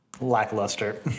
lackluster